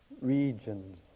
regions